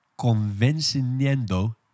convenciendo